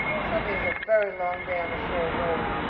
sunday is a very long day on the shore road.